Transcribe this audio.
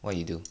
what you do